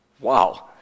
Wow